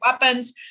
weapons